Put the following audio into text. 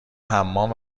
حمام